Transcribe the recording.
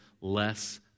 less